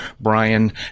brian